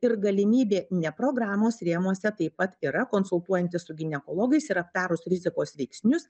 ir galimybė ne programos rėmuose taip pat yra konsultuojantis su ginekologais ir aptarus rizikos veiksnius